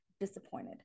disappointed